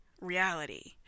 reality